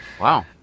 Wow